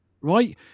right